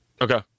okay